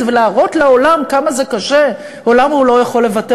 ולהראות לעולם כמה זה קשה או למה הוא לא יכול לוותר.